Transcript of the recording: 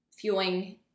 fueling